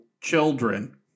children